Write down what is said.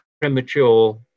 premature